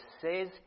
says